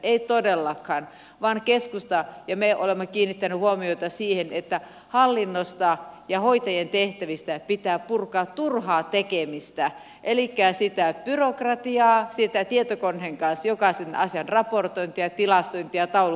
ei todellakaan vaan keskustassa me olemme kiinnittäneet huomiota siihen että hallinnosta ja hoitajien tehtävistä pitää purkaa turhaa tekemistä elikkä sitä byrokratiaa sitä tietokoneen kanssa jokaisen asian raportointia tilastointia ja taulukointia